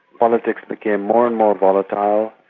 politics became more and more volatile.